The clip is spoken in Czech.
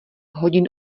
hodin